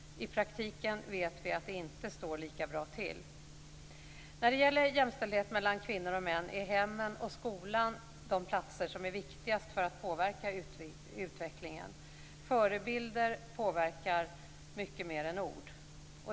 I praktiken vet vi att det inte står lika bra till. När det gäller jämställdhet mellan kvinnor och män är hemmen och skolan de platser som är viktigast för att påverka utvecklingen. Förebilder påverkar mycket mer än ord.